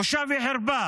בושה וחרפה